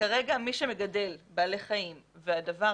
כרגע מי שמגדל בעלי חיים והדבר